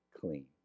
clean